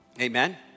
Amen